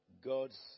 God's